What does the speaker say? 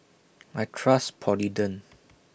I Trust Polident